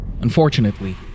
Unfortunately